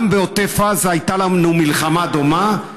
גם בעוטף עזה הייתה לנו מלחמה דומה,